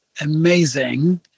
amazing